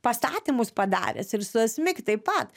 pastatymus padaręs ir su asmik taip pat